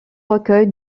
recueil